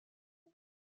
roux